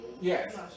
Yes